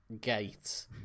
gate